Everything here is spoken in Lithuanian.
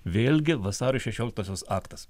vėlgi vasario šešioliktosios aktas